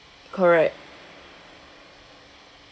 correct